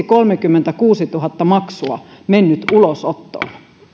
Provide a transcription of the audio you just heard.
kolmekymmentäkuusituhatta maksua mennyt ulosottoon